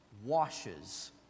Washes